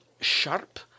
sharp